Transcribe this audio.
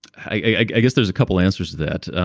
i guess there's a couple of answers to that.